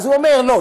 אז הוא אומר לא,